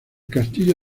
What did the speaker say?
castillo